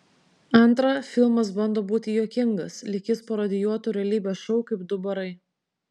antra filmas bando būti juokingas lyg jis parodijuotų realybės šou kaip du barai